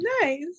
Nice